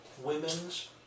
women's